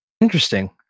Interesting